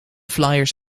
flyers